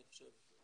אני חושב,